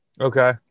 Okay